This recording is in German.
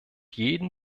jeden